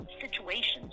Situations